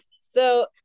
so-